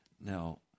Now